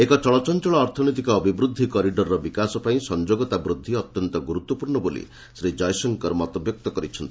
ଏକ ଚଳଚଞ୍ଚଳ ଅର୍ଥନୈତିକ ଅଭିବୃଦ୍ଧି କରିଡ଼ରର ବିକାଶ ପାଇଁ ସଂଯୋଗତା ବୃଦ୍ଧି ଅତ୍ୟନ୍ତ ଗୁରୁତ୍ୱପୂର୍ଣ୍ଣ ବୋଲି ଶ୍ରୀ ଜୟଶଙ୍କର ମତବ୍ୟକ୍ତ କରିଛନ୍ତି